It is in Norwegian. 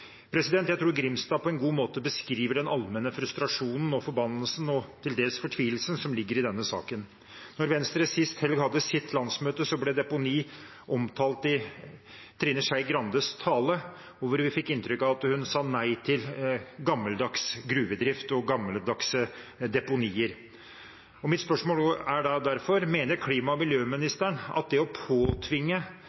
Jeg tror Grimstad på en god måte beskriver den allmenne frustrasjonen, forbannelsen og til dels fortvilelsen som ligger i den saken. Da Venstre sist helg hadde sitt landsmøte, ble deponi omtalt i Trine Skei Grandes tale, hvor vi fikk inntrykk av at hun sa nei til gammeldags gruvedrift og gammeldagse deponier. Mitt spørsmål til klima- og miljøministeren er derfor: